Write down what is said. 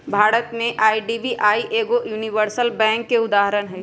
भारत में आई.डी.बी.आई एगो universal bank के उदाहरण हइ